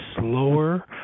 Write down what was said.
slower